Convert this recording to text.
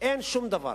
אין שום דבר.